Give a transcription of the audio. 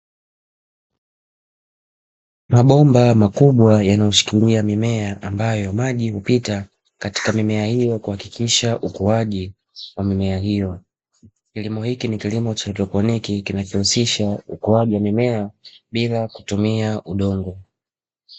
Mabomba makubwa yanayoshikilia mimea, ambapo maji hupita katika mimea hiyo, kuhakikisha ukuaji wa mimea hiyo. Kilimo hiki ni kilimo cha haidroponi, kinachohusisha ukuaji wa mimea bila kutumia udongo.